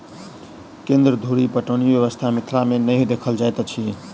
केन्द्र धुरि पटौनी व्यवस्था मिथिला मे नै देखल जाइत अछि